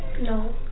No